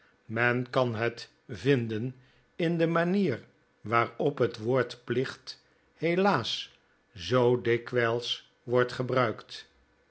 men kan het vinden in de manier waarop het woord plicht helaas zoo dikwijls wordt gebruikt